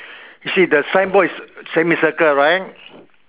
you see the signboard is semicircle right